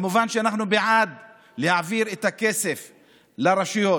מובן שאנחנו בעד להעביר את הכסף לרשויות,